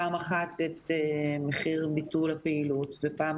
פעם אחת את מחיר ביטול הפעילות ופעם